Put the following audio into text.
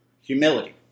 Humility